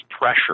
pressure